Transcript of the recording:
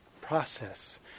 process